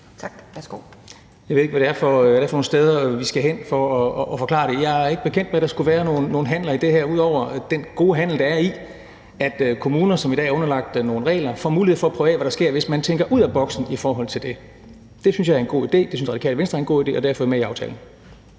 (RV): Jeg ved ikke, hvad det er for nogen steder, vi skal hen, for at forklare det. Jeg er ikke bekendt med, at der skulle være nogen handler i det her ud over den gode handel, der er i, at kommuner, som i dag er underlagt nogle regler, får mulighed for prøve af, hvad der sker, hvis man tænker ud af boksen i forhold til det. Det synes jeg er en god idé. Det synes Radikale Venstre er en god idé, og derfor er vi med i aftalen.